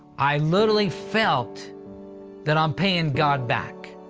i literally felt that i'm paying god back.